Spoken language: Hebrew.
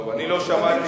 אני לא שמעתי.